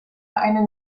eine